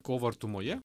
kovo artumoje